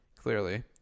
Clearly